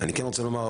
אני כן רוצה לומר,